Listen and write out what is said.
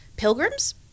pilgrims